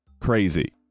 crazy